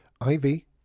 Ivy